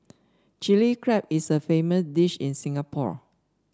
Chilli Crab is a famous dish in Singapore